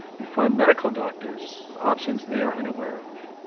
inform medical doctors of options they are unaware of.